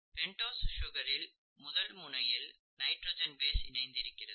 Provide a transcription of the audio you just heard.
pentose சுகரில் முதல் முனையில் நைட்ரஜன் பேஸ் இணைந்திருக்கிறது